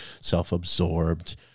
self-absorbed